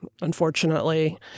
unfortunately